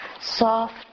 soft